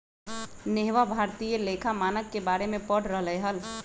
नेहवा भारतीय लेखा मानक के बारे में पढ़ रहले हल